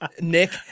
Nick